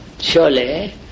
surely